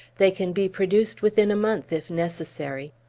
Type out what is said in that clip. they can be produced within a month, if necessary.